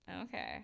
okay